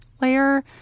layer